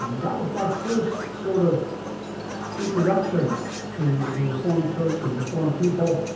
that was my first sort of introduction to the reformed church and reformed people,